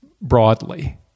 broadly